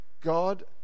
God